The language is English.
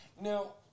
Now